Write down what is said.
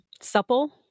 Supple